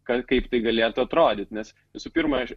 kaip tai galėtų atrodyt nes visų pirma aš